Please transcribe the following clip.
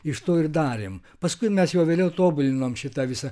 iš to ir darėm paskui mes jau vėliau tobulinom šita visa